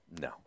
No